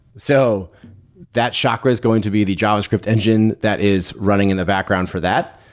so that chakra is going to be the javascript engine that is running in the background for that,